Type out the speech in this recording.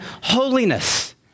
holiness